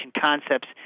concepts